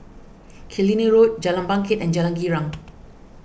Killiney Road Jalan Bangket and Jalan Girang